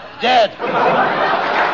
dead